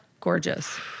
Gorgeous